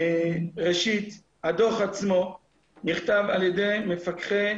ראשית, הדוח עצמו נכתב על ידי מפקחי